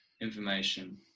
information